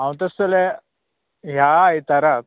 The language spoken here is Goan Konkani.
हांव तशें जाल्यार ह्या आयताराक